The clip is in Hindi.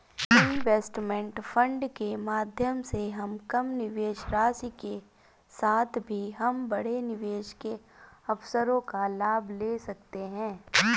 इनवेस्टमेंट फंड के माध्यम से हम कम निवेश राशि के साथ भी हम बड़े निवेश के अवसरों का लाभ ले सकते हैं